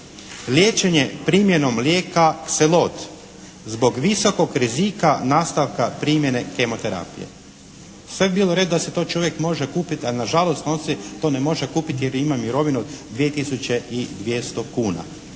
liječenje primjenom lijeka Selot zbog visokog rizika nastavka primjene kemoterapije. Sve bi bilo u redu da si to čovjek može kupiti. A nažalost on si to ne može kupiti jer ima mirovinu od 2